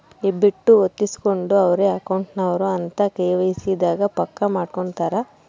ಹೆಬ್ಬೆಟ್ಟು ಹೊತ್ತಿಸ್ಕೆಂಡು ಇವ್ರೆ ಅಕೌಂಟ್ ನವರು ಅಂತ ಕೆ.ವೈ.ಸಿ ದಾಗ ಪಕ್ಕ ಮಾಡ್ಕೊತರ